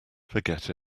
forget